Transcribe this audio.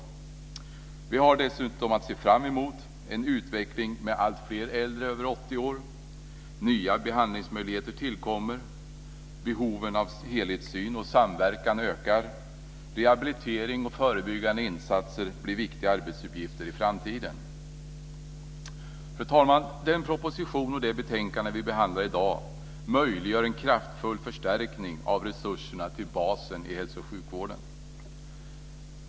Dessutom har vi att se framför oss en utveckling med alltfler äldre över 80 år. Nya behandlingsmöjligheter tillkommer. Behoven av helhetssyn och samverkan ökar. Rehabilitering och förebyggande insatser blir viktiga arbetsuppgifter i framtiden. Fru talman! Den proposition och det betänkande som i dag behandlas möjliggör en kraftfull förstärkning av resurserna till basen i hälso och sjukvården.